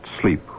sleep